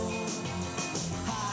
High